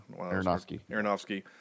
Aronofsky